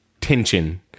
tension